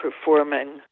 performing